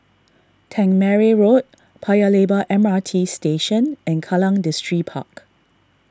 Tangmere Road Paya Lebar M R T Station and Kallang Distripark